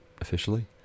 officially